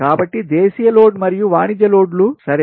కాబట్టి దేశీయ లోడ్ మరియు వాణిజ్య లోడ్లు సరే